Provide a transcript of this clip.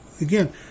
Again